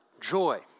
joy